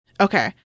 Okay